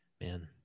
man